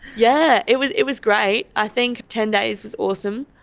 yeah, it was it was great. i think ten days was awesome.